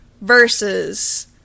versus